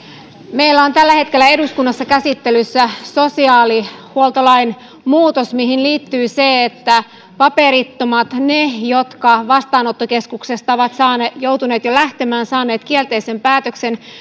meillä on tällä hetkellä eduskunnassa käsittelyssä sosiaalihuoltolain muutos mihin liittyy se että paperittomilla niillä jotka vastaanottokeskuksesta ovat joutuneet jo lähtemään saaneet kielteisen päätöksen